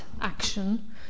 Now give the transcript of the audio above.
action